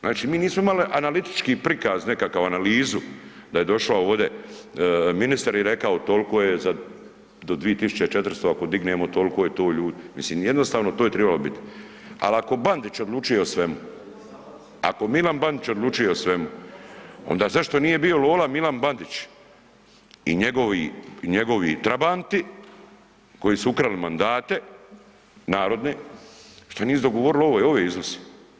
Znači mi nismo imali analitički prikaz nekakav, analizu da je došla ovdje, ministar je rekao toliko je za do 2400 ako dignemo, toliko je to ljudi, mislim, jednostavno to je trebalo biti, ali ako Bandić odlučuje o svemu, ako M. Bandić odlučuje o svemu, onda zašto nije bio lola M. Bandić i njegovi trabanti koji su ukrali mandate narodne, što nisu dogovorili ove iznose?